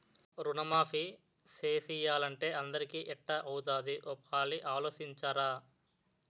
రుణమాఫీ సేసియ్యాలంటే అందరికీ ఎట్టా అవుతాది ఓ పాలి ఆలోసించరా